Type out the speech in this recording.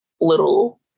little